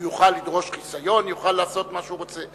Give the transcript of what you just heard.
והוא יוכל לדרוש חיסיון והוא יוכל לעשות מה שהוא רוצה.